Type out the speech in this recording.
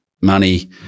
money